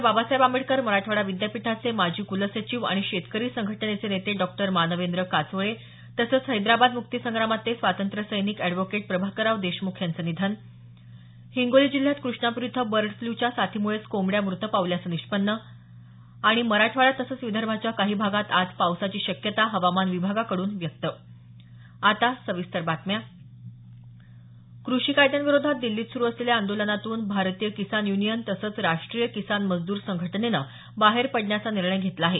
बाबासाहेब आंबेडकर मराठवाडा विद्यापीठाचे माजी कुलसचिव आणि शेतकरी संघटनेचे नेते डॉ मानवेंद्र काचोळे तसंच हैदराबाद मुक्तीसंग्रामातले स्वातंत्र्यसैनिक अॅडव्होकेट प्रभाकरराव देशमुख यांचं निधन ्र्य्य हिंगोली जिल्ह्यात कृष्णापूर इथं बर्ड फ्लच्या साथीमुळेच कोंबड्या मृत पावल्याचं निष्पन्न आणि ्र्य्य मराठवाडा तसंच विदर्भाच्या काही भागांत आज पावसाची शक्यता हवामान विभागाकडून व्यक्त कृषी कायद्याविरोधात दिल्लीत सुरू असलेल्या आंदोलनातून भारतीय किसान युनियन तसंच राष्ट्रीय किसान मजद्र संघटनेनं बाहेर पडण्याचा निर्णय घेतला आहे